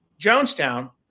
Jonestown